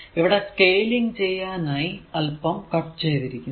ഇവിടെ സ്കെലിങ് ചെയ്യാനായി അൽപ്പം കട്ട് ചെയ്തിരിക്കുന്നു